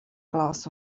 glass